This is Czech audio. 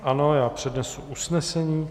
Ano, já přednesu usnesení: